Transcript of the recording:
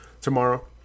tomorrow